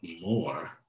more